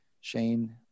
Shane